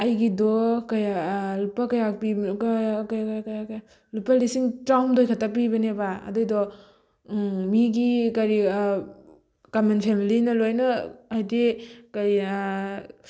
ꯑꯩꯒꯤꯗꯣ ꯀꯌꯥ ꯂꯨꯄꯥ ꯀꯌꯥ ꯄꯤꯕꯅꯣ ꯀꯌꯥ ꯀꯌꯥ ꯀꯌꯥ ꯀꯌꯥ ꯂꯨꯄꯥ ꯂꯤꯁꯤꯡ ꯇꯔꯥꯝꯍꯨꯝꯗꯣꯏ ꯈꯛꯇ ꯄꯤꯕꯅꯦꯕ ꯑꯗꯨꯗꯣ ꯃꯤꯒꯤ ꯀꯔꯤ ꯀꯃꯟ ꯐꯦꯃꯦꯂꯤꯅ ꯂꯣꯏꯅ ꯍꯥꯏꯗꯤ ꯀꯩ